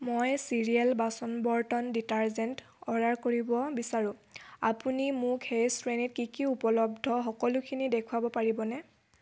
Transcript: মই ছিৰিয়েল বাচন বৰ্তন ডিটাৰজেণ্ট অৰ্ডাৰ কৰিব বিচাৰোঁ আপুনি মোক সেই শ্ৰেণীত কি কি উপলব্ধ সকলোখিনি দেখুৱাব পাৰিবনে